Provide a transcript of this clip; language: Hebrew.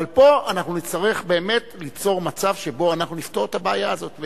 אבל פה אנחנו נצטרך באמת ליצור מצב שבו אנחנו נפתור את הבעיה הזאת.